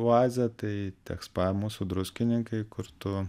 oazę tai tech spa mūsų druskininkai kur tu